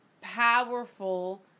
powerful